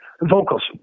Vocals